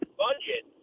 budget